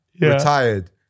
retired